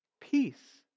Peace